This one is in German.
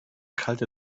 kalte